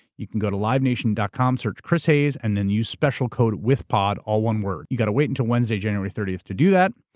you can go to livenation. com, search chris hayes, and then use special code withpod. all one word. you've got to wait until wednesday, jan. and thirty to do that.